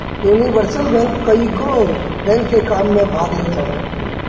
universal bank कईगो bank के काम में भाग लेत हवे